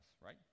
right